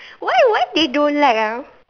why why they don't like ah